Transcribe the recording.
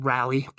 Rally